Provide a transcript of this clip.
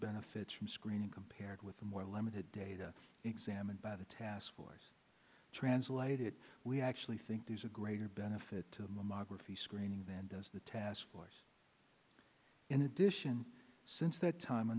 benefits from screening compared with the more limited data examined by the task force translated we actually think there's a greater benefit to the mammography screening than does the task force in addition since that time a